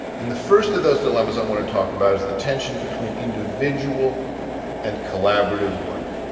and the first of those dilemmas i want to talk about is the tension between individual and collaborative work.